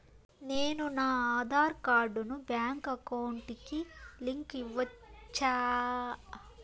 నేను నా ఆధార్ కార్డును బ్యాంకు అకౌంట్ కి లింకు ఇవ్వొచ్చా?